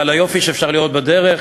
ועל היופי שאפשר לראות בדרך,